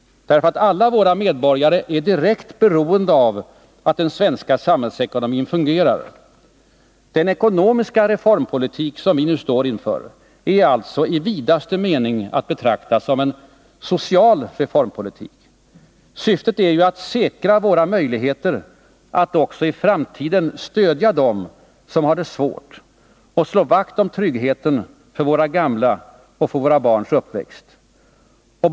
Alla våra medborgare är nämligen direkt beroende av att den svenska samhällsekonomin fungerar. Den ekonomiska reformpolitik som vi nu står inför är alltså att betrakta som en social reformpolitik i vidaste bemärkelse. Syftet är att säkra våra möjligheter att också i framtiden stödja dem som har det svårt och slå vakt om tryggheten för våra gamla och för våra barns uppväxt.